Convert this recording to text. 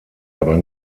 aber